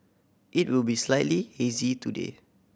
it will be slightly hazy today